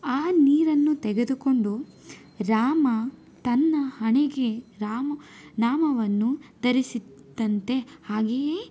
ಆ ನೀರನ್ನು ತೆಗೆದುಕೊಂಡು ರಾಮ ತನ್ನ ಹಣೆಗೆ ರಾಮ ನಾಮವನ್ನು ಧರಿಸಿದ್ದಂತೆ ಹಾಗೆಯೇ